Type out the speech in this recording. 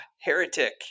heretic